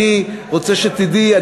אני רוצה שתדעי,